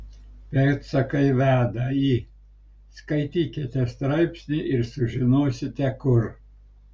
pėdsakai veda į skaitykite straipsnį ir sužinosite kur